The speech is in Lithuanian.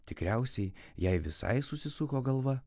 tikriausiai jai visai susisuko galva